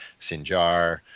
Sinjar